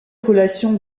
relation